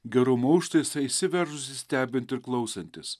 gerumo užtaisą įsiveržusį stebint ir klausantis